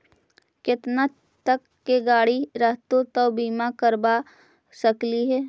केतना तक के गाड़ी रहतै त बिमा करबा सकली हे?